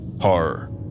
horror